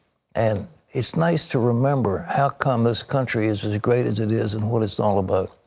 and it's nice to remember how come this country is as great as it is and what it's all about.